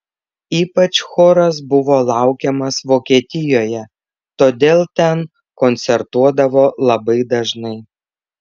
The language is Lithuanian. ypač choras buvo laukiamas vokietijoje todėl ten koncertuodavo labai dažnai